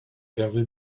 hervé